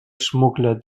schmuggler